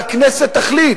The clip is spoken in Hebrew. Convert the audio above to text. והכנסת תחליט.